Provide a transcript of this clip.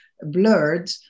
blurred